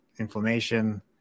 inflammation